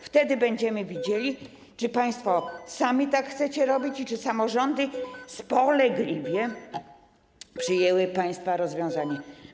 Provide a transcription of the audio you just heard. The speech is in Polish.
Wtedy będziemy widzieli, czy państwo sami tak chcecie robić i czy samorządy spolegliwie przyjęły państwa rozwiązanie.